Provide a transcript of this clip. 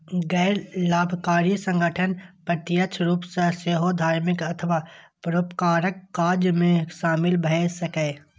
गैर लाभकारी संगठन प्रत्यक्ष रूप सं सेहो धार्मिक अथवा परोपकारक काज मे शामिल भए सकैए